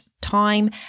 time